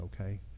okay